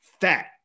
fat